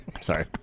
Sorry